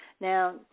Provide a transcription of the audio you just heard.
Now